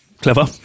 Clever